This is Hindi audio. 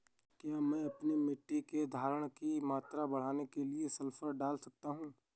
क्या मैं अपनी मिट्टी में धारण की मात्रा बढ़ाने के लिए सल्फर डाल सकता हूँ?